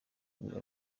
nibwo